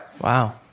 Wow